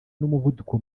n’umuvuduko